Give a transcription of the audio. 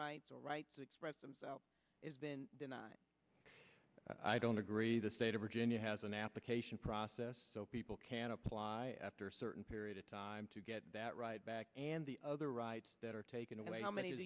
rights or right to express themselves is been denied i don't agree the state of virginia has an application process so people can apply after a certain period of time to get that ride back and the other rights that are taken away how many